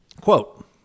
quote